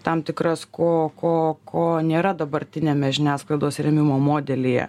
tam tikras ko ko ko nėra dabartiniame žiniasklaidos rėmimo modelyje